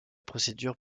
procédure